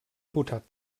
butter